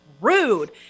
rude